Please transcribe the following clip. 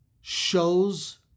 shows